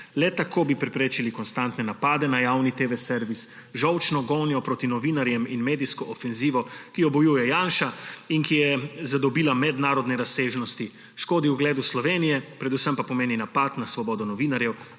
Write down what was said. Le tako bi preprečili konstantne napade na javni TV-servis, žolčno gonjo proti novinarjem in medijsko ofenzivo, ki jo bojuje Janša in ki je zadobila mednarodne razsežnosti, škodi ugledu Slovenije, predvsem pa pomeni napad na svobodo novinarjev,